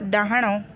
ଡାହାଣ